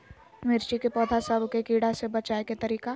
मिर्ची के पौधा सब के कीड़ा से बचाय के तरीका?